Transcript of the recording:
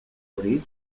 hori